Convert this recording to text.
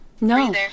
no